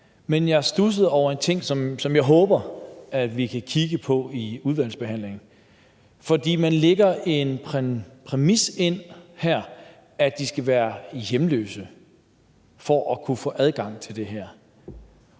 Men jeg studsede over en ting, som jeg håber at vi kan kigge på i udvalgsbehandlingen. For man lægger her en præmis ind om, at de skal være hjemløse for at kunne få adgang til det her,